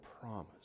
promise